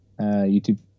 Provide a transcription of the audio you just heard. YouTube